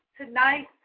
tonight